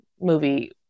movie